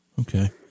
Okay